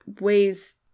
ways